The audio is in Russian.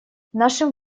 нашим